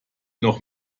noch